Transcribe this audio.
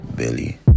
Billy